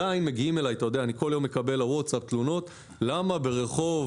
אני כל יום מקבל ל-ווטסאפ תלונות למה ברחוב